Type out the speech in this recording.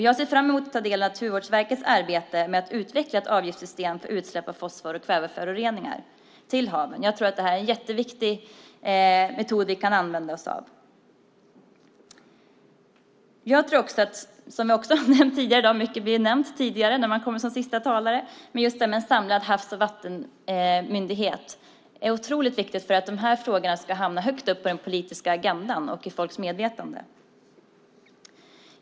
Jag ser fram emot att ta del av Naturvårdsverkets arbete med att utveckla ett avgiftssystem för utsläpp av fosfor och kväveföroreningar till haven. Det är en viktig metod som vi kan använda oss av. Som har nämnts tidigare i dag - mycket har nämnts tidigare när man kommer som sista talare - tror jag att en samlad havs och vattenmyndighet är otroligt viktig för att dessa frågor ska hamna högt upp på den politiska agendan och i folks medvetande.